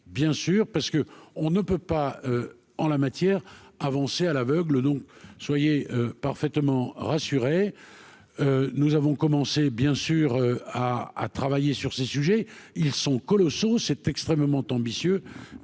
bien sûr parce que on ne peut pas en la matière, avancer à l'aveugle non soyez parfaitement rassuré, nous avons commencé bien sûr à travailler sur ces sujets, ils sont colossaux, c'est extrêmement ambitieux,